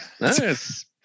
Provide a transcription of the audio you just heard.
Nice